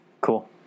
Cool